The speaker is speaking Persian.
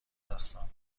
هستم